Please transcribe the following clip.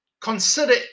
consider